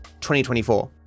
2024